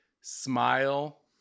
smile